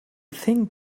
thing